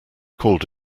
called